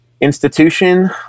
institution